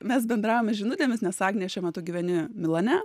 mes bendravome žinutėmis nes agnė šiuo metu gyveni milane